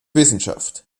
wissenschaft